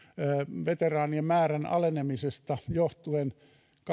veteraanien määrän alenemisesta johtuen